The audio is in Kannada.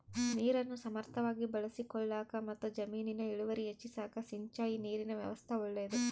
ನೀರನ್ನು ಸಮರ್ಥವಾಗಿ ಬಳಸಿಕೊಳ್ಳಾಕಮತ್ತು ಜಮೀನಿನ ಇಳುವರಿ ಹೆಚ್ಚಿಸಾಕ ಸಿಂಚಾಯಿ ನೀರಿನ ವ್ಯವಸ್ಥಾ ಒಳ್ಳೇದು